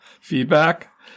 feedback